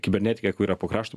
kibernetkę kur yra po krašto